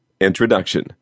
Introduction